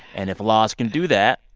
and if laws can do that,